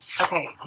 okay